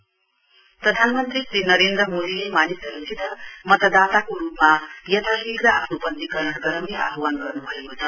PM प्रधानमन्त्री श्री नरेन्द्र मोदीले मानिसहरुसित मतदाताको रुपमा शीघ्र आफ्नो पञ्जीकरण गराउने आह्वान गर्नुभएको छ